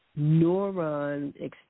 Neuron